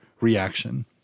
reaction